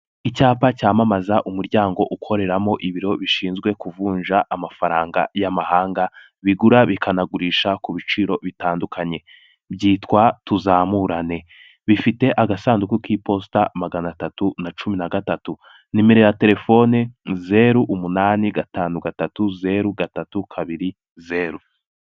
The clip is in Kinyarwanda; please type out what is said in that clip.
Icyapa cyamamaza umuryango ukoreramo ibiro bishinzwe kuvunja amafaranga y'amahanga, bigura bikanagurisha ku biciro bitandukanye, byitwa Tuzamurane, bifite agasanduku k'iposita magana atatu na cumi na gatatu, nimero ya telefone zeru umunani gatanu gatatu zeru gatatu kabiri zeru.